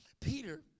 Peter